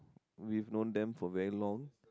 we've known them for very long